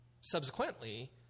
subsequently